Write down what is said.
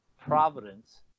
Providence